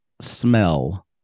smell